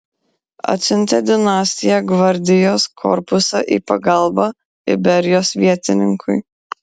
atsiuntė dinastija gvardijos korpusą į pagalbą iberijos vietininkui